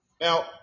Now